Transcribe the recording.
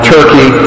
Turkey